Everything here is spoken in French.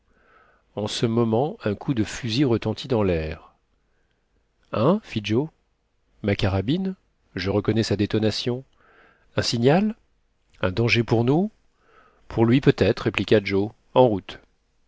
en ce moment un coup de fusil retentit dans l'air hein fit joe ma carabine je reconnais sa détonation un signal un danger pour nous pour lui peut-être répliqua joe en route